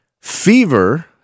fever